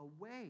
away